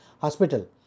hospital